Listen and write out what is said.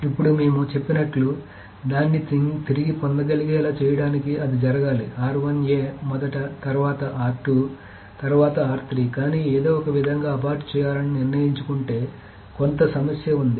ఇప్పుడు మేము చెప్పినట్లు దాన్ని తిరిగి పొందగలిగేలా చేయడానికి అది జరగాలి మొదట తర్వాత తర్వాత కానీ ఏదో ఒక విధంగా అబార్ట్ చేయాలని నిర్ణయించుకుంటే కొంత సమస్య ఉంది